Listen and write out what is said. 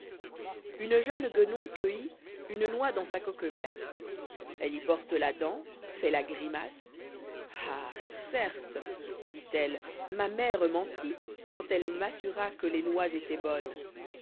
use jeune guenon cueillit une noix dans sa coque verte elle y porte la dent fait la grimace ah certe dit-elle ma mère mentit quand elle m'assura que les noix étoient bonnes